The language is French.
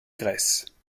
graisse